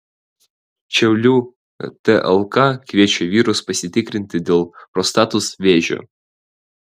šiaulių tlk kviečia vyrus pasitikrinti dėl prostatos vėžio